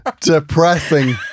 depressing